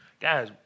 Guys